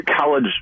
college